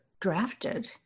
drafted